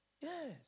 Yes